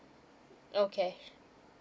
okay